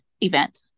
event